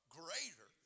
greater